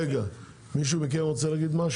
מישהו מכם רוצה להגיד משהו?